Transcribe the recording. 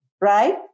right